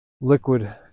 liquid